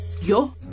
yo